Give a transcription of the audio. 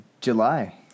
July